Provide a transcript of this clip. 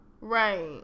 Right